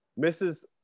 Mrs